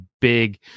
big